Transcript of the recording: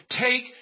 Take